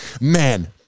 man